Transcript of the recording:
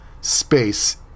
space